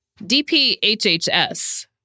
DPHHS